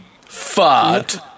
Fart